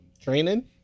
training